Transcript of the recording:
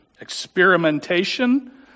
experimentation